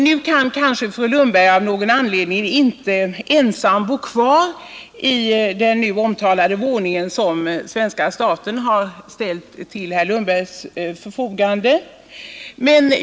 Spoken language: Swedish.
Nu kan kanske fru Lundberg av någon anledning inte ensam bo kvar i den nu omtalade våningen, som svenska staten har ställt till herr Lundbergs förfogande.